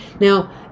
Now